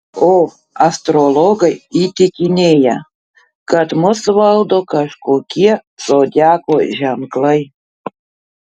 o astrologai įtikinėja kad mus valdo kažkokie zodiako ženklai